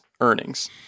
earnings